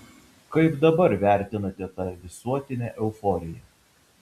kaip dabar vertinate tą visuotinę euforiją